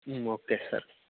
okay sir